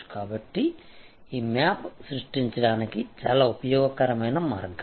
కాబట్టి ఈ మ్యాప్ సృష్టించడానికి చాలా ఉపయోగకరమైన మార్గం